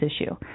issue